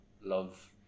love